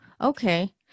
Okay